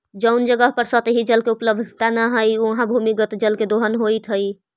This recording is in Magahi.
जउन जगह पर सतही जल के उपलब्धता न हई, उहाँ भूमिगत जल के दोहन होइत हई